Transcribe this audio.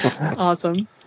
Awesome